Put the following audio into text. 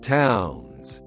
towns